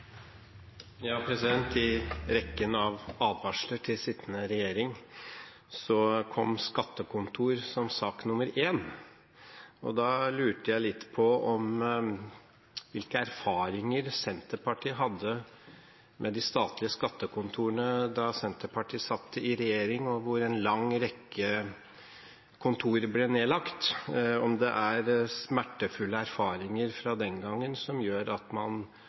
I rekken av advarsler til sittende regjering kom skattekontor som sak nr. 1. Da lurer jeg på hvilke erfaringer Senterpartiet hadde med de statlige skattekontorene da de satt i regjering og en lang rekke kontorer ble nedlagt – om det er smertefulle erfaringer fra den gangen som gjør at man nå advarer dagens regjering mot det samme. Den første advarselen vi ga, var at man